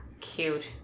Cute